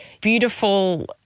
beautiful